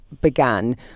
began